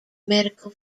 medical